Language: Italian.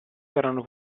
verranno